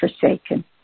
forsaken